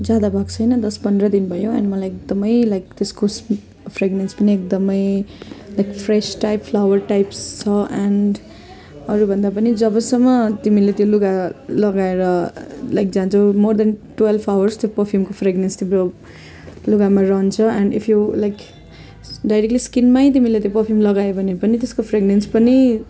ज्यादा भएको छैन दस पन्ध्र दिन भयो अनि मलाई एकदमै लाइक त्यसको स्मेल फ्रेग्रेन्स पनि एकदमै like fresh type flower types छ एन्ड अरूभन्दा पनि जबसम्म तिमीले त्यो लुगा लगाएर लाइक जान्छौँ मोर देन टुवेल्भ आवर्स तक पर्फ्युमको फ्रेग्रेन्स तिम्रो लुगामा रहन्छ and if you like directly स्किनमै तिमीले त्यो पर्फ्युम लगायो भने पनि त्यसको फ्रेग्रेन्स पनि